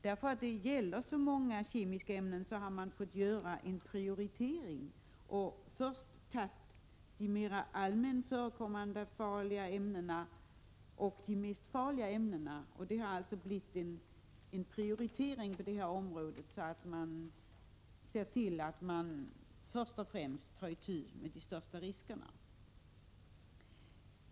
Eftersom det gäller så många kemiska ämnen har man fått göra en prioritering och först tagit med de mer allmänt förekommande farliga ämnena. Det har alltså blivit en prioritering på detta område, där man ser till att man först och främst tar itu med de största riskerna.